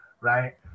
right